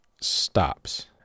stops